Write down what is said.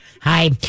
Hi